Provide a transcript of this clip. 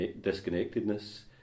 disconnectedness